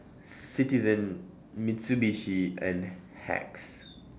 Citizen Mitsubishi and Hacks